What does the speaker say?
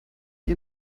wie